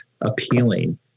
appealing